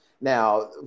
Now